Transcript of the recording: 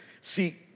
See